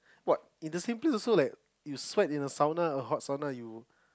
what in the same place also like you sweat in a sauna or a hot sauna you